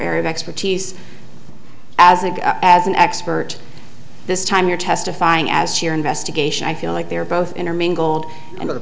area of expertise as if as an expert this time you're testifying as your investigation i feel like they're both intermingled and